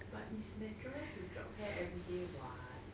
but it's natural to drop hair everyday what